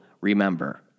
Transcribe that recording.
remember